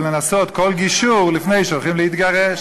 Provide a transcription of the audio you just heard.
לנסות כל גישור לפני שהולכים להתגרש.